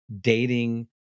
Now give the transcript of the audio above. dating